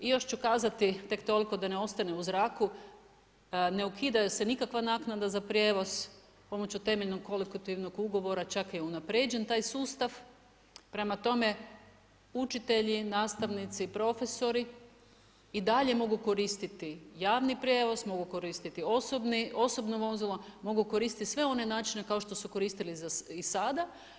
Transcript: I još ću kazati tek toliko dane ostane u zraku, ne ukida se nikakva naknada za prijevoz, pomoću temeljenog kolektivnog ugovora čak je unaprijeđen taj sustav, prema tome, učitelji, nastavnici, profesori i dalje mogu koristiti javni prijevoz, mogu koristiti osobno vozilo, mogu koristiti sve one načine kao štosu koristili i sada.